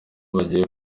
bagiye